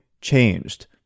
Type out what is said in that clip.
changed